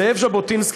זאב ז'בוטינסקי,